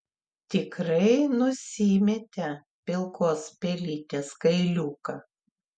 tikrai nusimetė pilkos pelytės kailiuką